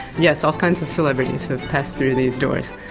yes, all kinds of celebrities have passed through these doors.